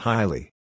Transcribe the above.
Highly